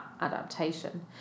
adaptation